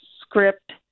script